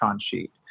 sheet